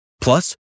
Plus